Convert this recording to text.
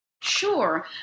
Sure